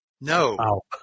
No